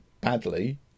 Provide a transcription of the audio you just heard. badly